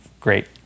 great